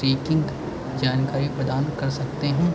trekking जानकारी प्रदान कर सकते हैं